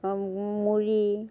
মুড়ি